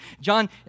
John